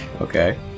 Okay